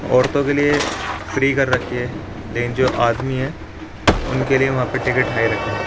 عورتوں کے لیے فری کر رکھی ہے لیکن جو آدمی ہیں ان کے لیے وہاں پہ ٹکٹ ہائی رکھے ہیں